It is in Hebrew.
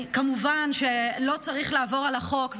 כמובן שלא צריך לעבור על החוק,